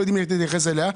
לא יודעים איך להתייחס אליה,